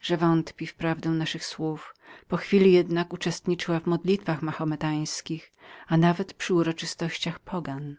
żadnego wątpienia po chwili jednak uczestniczyła w modlitwach mahometańskich a nawet przy uroczystościach pogan